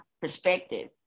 perspective